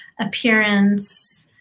appearance